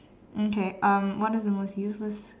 mm okay um what is the most useless